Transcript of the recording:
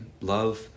love